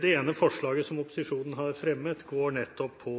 Det ene forslaget som opposisjonen har fremmet, går nettopp på